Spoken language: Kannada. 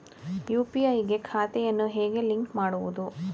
ಯು.ಪಿ.ಐ ಗೆ ಖಾತೆಯನ್ನು ಹೇಗೆ ಲಿಂಕ್ ಮಾಡುವುದು?